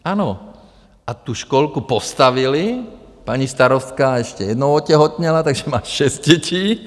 Ano, a tu školku postavili, paní starostka ještě jednou otěhotněla, takže má šest dětí.